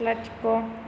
लाथिख'